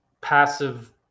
passive